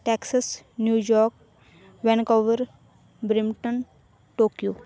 taxis New York Vancouver Brampton Tokyo